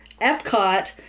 Epcot